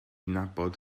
nabod